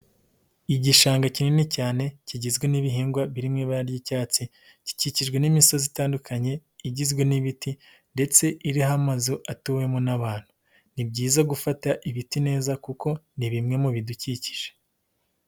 Igishanga kinini cyane kigizwe n'ibihingwa birimo ibara ry'icyatsi gikikijwe n'imisozi itandukanye igizwe n'ibiti ndetse iriho amazu atuwemo n'abantu. Ni byiza gufata ibiti neza kuko ni bimwe mu bidukikije.